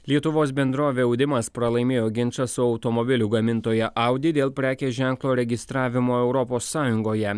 lietuvos bendrovė audimas pralaimėjo ginčą su automobilių gamintoja audi dėl prekės ženklo registravimo europos sąjungoje